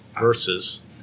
verses